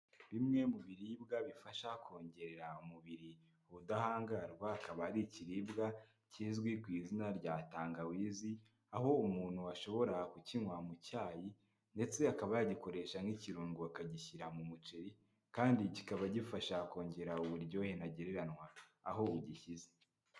Bimwe mu biribwa bifasha kongerera umubiri ubudahangarwa, akaba ari ikiribwa kizwi ku izina rya tangawizi, aho umuntu ashobora kukinywa mu cyayi ndetse akaba yagikoresha nk'ikirungo, akagishyira mu muceri kandi kikaba gifasha kongera uburyohe ntagereranywa aho ugishyize.